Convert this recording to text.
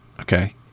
okay